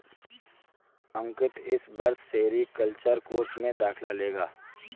अंकित इस वर्ष sericulture course में दाखिला लेगा